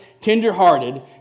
tenderhearted